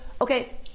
okay